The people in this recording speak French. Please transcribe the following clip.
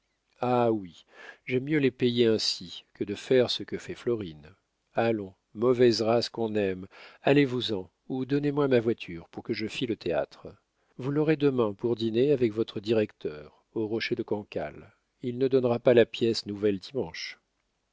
ah oui j'aime mieux les payer ainsi que de faire ce que fait florine allons mauvaise race qu'on aime allez-vous-en ou donnez-moi ma voiture pour que je file au théâtre vous l'aurez demain pour dîner avec votre directeur au rocher de cancale il ne donnera pas la pièce nouvelle dimanche